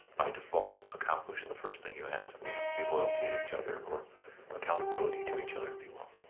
by default, accomplish the first thing you asked, which would be loyalty to each other, or accountability to each other, if you will.